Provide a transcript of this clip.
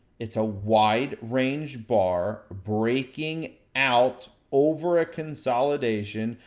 it's a wide range bar, breaking out over a consolidation,